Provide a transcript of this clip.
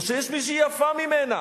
או שיש מישהי יפה ממנה,